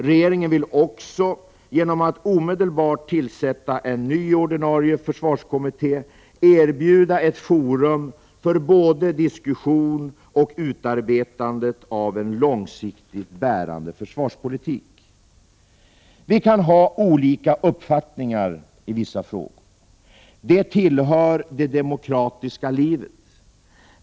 Regeringen vill också, genom att omedelbart tillsätta en ny ordinarie försvarskommitté, erbjuda ett forum för både diskussion och utarbetande av en långsiktigt bärande försvarspolitik. Vi kan ha olika uppfattningar i vissa frågor. Det tillhör det demokratiska livet.